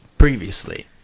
Previously